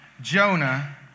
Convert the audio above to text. Jonah